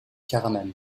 caraman